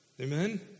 Amen